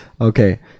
Okay